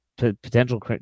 potential